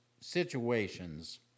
situations